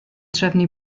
trefnu